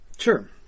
Sure